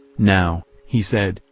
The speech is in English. now he said,